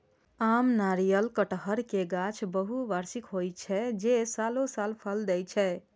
आम, नारियल, कहटर के गाछ बहुवार्षिक होइ छै, जे सालों साल फल दै छै